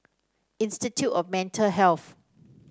Institute of Mental Health